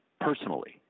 personally